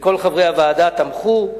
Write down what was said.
וכל חברי הוועדה תמכו.